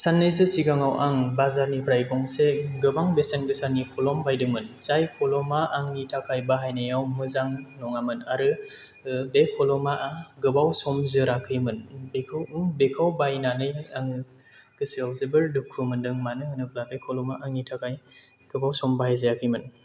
साननैसे सिगाङाव आं बाजारनिफ्राय गंसे गोबां बेसेन गोसानि कलम बायदोंमोन जाय कलमआ आंनि थाखाय बाहायनायाव मोजां नङामोन आरो बे कलमआ गोबाव सम जोराखैमोन बेखौ बायनानै आङो गोसोआव जोबोर दुखु मोनदों मानो होनोब्ला बे कलमआ आंनि थाखाय गोबाव सम बाहायजायाखैमोन